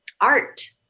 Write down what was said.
art